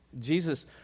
Jesus